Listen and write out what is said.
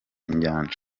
nyanja